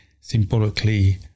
symbolically